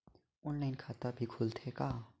Online खाता भी खुलथे का?